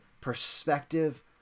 perspective